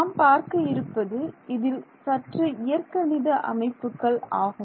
நாம் பார்க்க இருப்பது இதில் சற்று இயற்கணித அமைப்புகள் ஆகும்